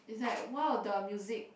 is like one of the music